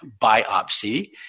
biopsy